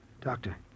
Doctor